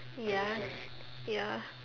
ya ya